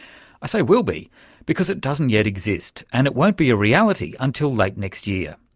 i say will be because it doesn't yet exist and it won't be a reality until late next year.